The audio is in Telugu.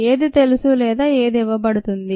ఏది తెలుసు లేదా ఇవ్వబడుతుంది